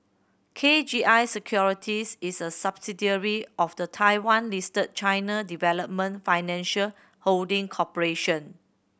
K G I Securities is a subsidiary of the Taiwan Listed China Development Financial Holding Corporation